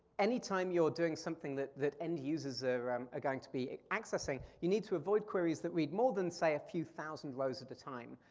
any time you're doing something that that end users are um ah going to be accessing, you need to avoid queries that read more than say, a few thousand rows at a time.